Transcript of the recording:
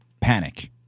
panic